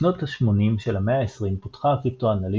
בשנות ה-80 של המאה העשרים פותחה הקריפטואנליזה